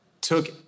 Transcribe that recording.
took